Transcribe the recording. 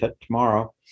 tomorrow